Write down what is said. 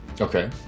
Okay